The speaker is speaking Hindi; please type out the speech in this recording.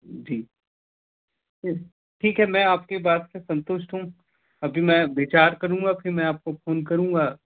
जी ठीक है मैं आपकी बात से संतुष्ट हूँ अभी मैं विचार करूँगा फिर मैं आपको फ़ोन करूँगा